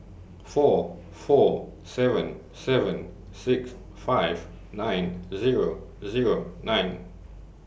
four four seven seven six five nine Zero Zero nine